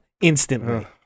instantly